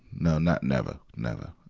no, not never. never.